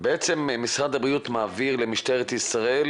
בעצם משרד הבריאות מעביר למשטרת ישראל